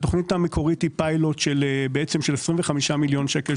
התוכנית המקורית היא פיילוט של 25 מיליון שקל,